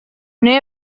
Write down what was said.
noi